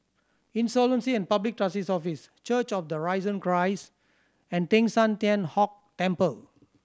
Insolvency and Public Trustee's Office Church of the Risen Christ and Teng San Tian Hock Temple